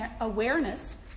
awareness